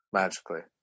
magically